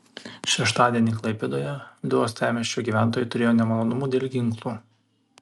šeštadienį klaipėdoje du uostamiesčio gyventojai turėjo nemalonumų dėl ginklų